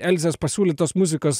elzės pasiūlytos muzikos